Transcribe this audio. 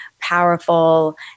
powerful